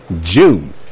June